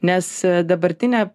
nes dabartinė